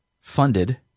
funded